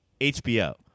HBO